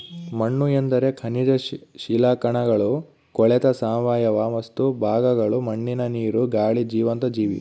ಮಣ್ಣುಎಂದರೆ ಖನಿಜ ಶಿಲಾಕಣಗಳು ಕೊಳೆತ ಸಾವಯವ ವಸ್ತು ಭಾಗಗಳು ಮಣ್ಣಿನ ನೀರು, ಗಾಳಿ ಜೀವಂತ ಜೀವಿ